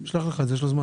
הוא ישלח לך, יש לו זמן.